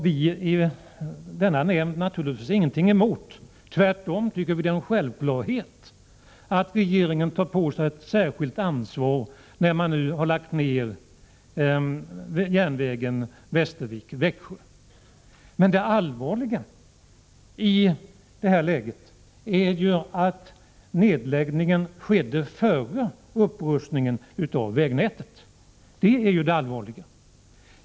Vi har för vår del naturligtvis ingenting emot att regeringen tar på sig ett särskilt ansvar efter nedläggandet av järnvägen Västervik-Växjö. Tvärtom tycker vi att det är självklart. I det här läget är det allvarligt att nedläggning skedde före upprustningen av vägnätet.